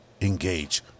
engage